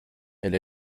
elle